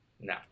no